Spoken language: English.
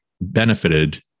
benefited